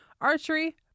archery